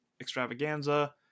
extravaganza